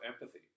empathy